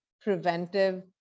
preventive